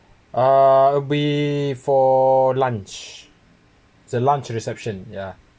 uh we for lunch it's the lunch reception ya